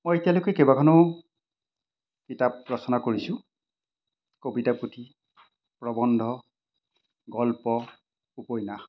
মই এতিয়ালৈকে কেইবাখনো কিতাপ ৰচনা কৰিছোঁ কবিতাপুথি প্ৰবন্ধ গল্প উপন্যাস